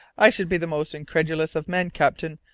i should be the most incredulous of men, captain,